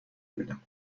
بیینم